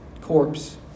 corpse